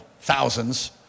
thousands